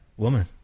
woman